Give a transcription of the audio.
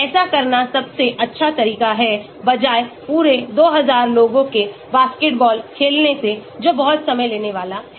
ऐसा करना सबसे अच्छा तरीका है बजाय पूरे 2000 लोगों के बास्केटबॉल खेलने से जो बहुत समय लेने वाला है